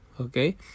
Okay